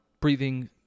breathing